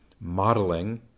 modeling